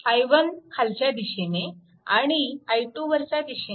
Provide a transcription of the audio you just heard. i1 खालच्या दिशेने आणि i2 वरच्या दिशेने